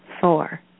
four